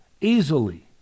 easily